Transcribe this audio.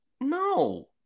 No